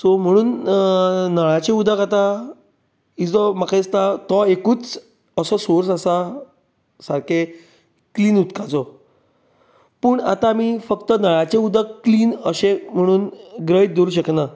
so म्हणून नळाचें उदक आतां इजव म्हाका दिसता तो एकूच असो सोर्स आसा सारकें क्लिन उदकाचो पूण आतां आमी फक्त नळाचें उदक क्लिन अशें म्हणून गृहित धरूंक शकनात